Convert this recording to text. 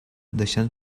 deixant